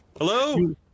hello